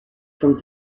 from